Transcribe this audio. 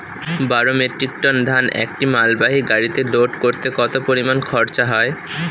বারো metric ton ধান একটি মালবাহী গাড়িতে লোড করতে কতো পরিমাণ খরচা হয়?